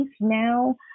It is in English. now